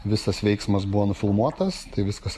visas veiksmas buvo nufilmuotas tai viskas